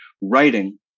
writing